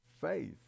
faith